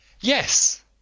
Yes